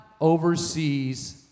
oversees